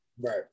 Right